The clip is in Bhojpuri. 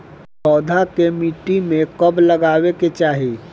पौधा के मिट्टी में कब लगावे के चाहि?